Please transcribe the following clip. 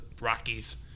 Rockies